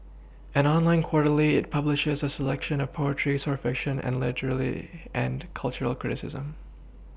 an online quarterly it publishes a selection of poetry short fiction and literary and cultural criticism